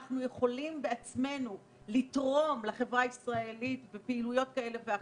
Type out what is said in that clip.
אנחנו יכולים בעצמנו לתרום לחברה הישראלית בפעילויות כאלו ואחרות.